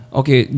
okay